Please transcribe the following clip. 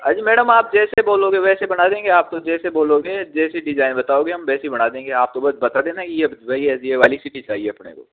हाँ जी मैडम आप जैसे बोलोगे वैसे बना देंगे आप तो जैसे बोलोगे जेसी डिज़ाइन बताओगे हम वैसी बना देंगे आप तो बस बता देना अब भई ये वाली सीढ़ी चाहिए अपने को